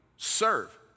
Serve